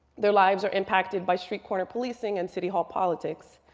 their lives are impacted by street corner policing and city hall politics.